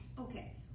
okay